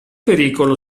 pericolo